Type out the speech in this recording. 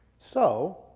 so,